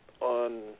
on